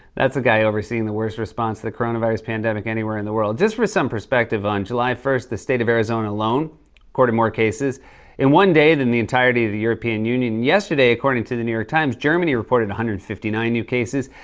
that's the guy overseeing the worst response to the coronavirus pandemic anywhere in the world. just for some perspective, on july first, the state of arizona alone recorded more cases in one day than the entirety of the european union. yesterday, according to the new york times, germany reported one hundred and fifty nine new cases,